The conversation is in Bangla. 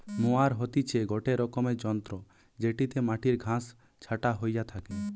মোয়ার হতিছে গটে রকমের যন্ত্র জেটিতে মাটির ঘাস ছাটা হইয়া থাকে